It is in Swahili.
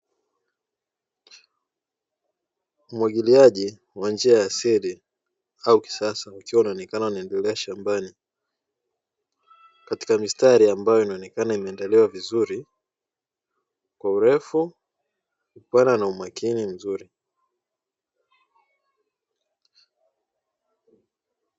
Umwagiliaji wa njia ya asili au kisasa ikiwa unaendelea shambani katika mistari inayoonekana imeandaliwa vizuri, kwa mrefu, upana na umakini mzuri.